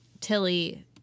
Tilly